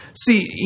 See